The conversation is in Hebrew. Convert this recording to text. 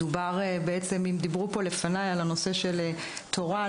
אם דיברו פה לפניי על הנושא של תורה,